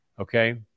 okay